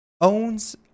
owns